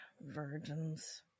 Virgins